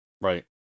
Right